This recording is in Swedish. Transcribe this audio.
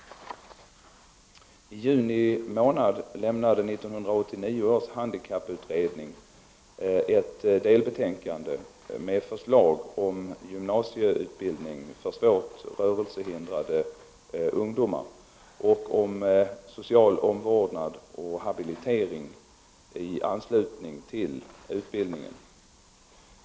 I juni månad lämnade 1989 års handikapputredning ett delbetänkande med förslag om gymnasieutbildning för svårt rörelsehindrade ungdomar och om social omvårdnad och habilitering i anslutning till utbildningen.